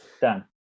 done